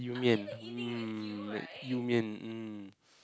You-Mian mm You-Mian mm